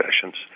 sessions